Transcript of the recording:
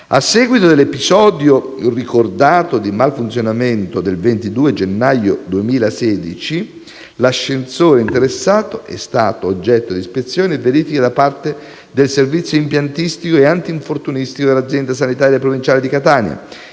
A seguito dell'episodio ricordato di malfunzionamento verificatosi il 22 gennaio 2016, l'ascensore interessato è stato oggetto di ispezione e verifica da parte del servizio impiantistico e antinfortunistico dell'azienda sanitaria provinciale di Catania,